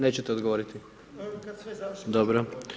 Nećete odgovoriti? ... [[Upadica se ne čuje.]] Dobro.